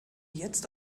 jetzt